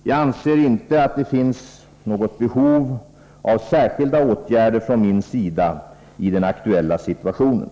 Jag anser inte att det finns något behov av särskilda åtgärder från min sida i den aktuella situationen.